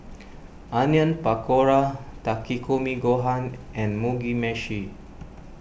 Onion Pakora Takikomi Gohan and Mugi Meshi